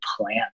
plan